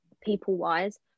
people-wise